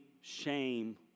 shame